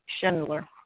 Schindler